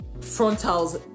frontals